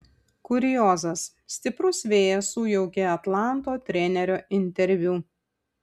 kuriozas stiprus vėjas sujaukė atlanto trenerio interviu